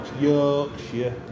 Yorkshire